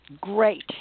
Great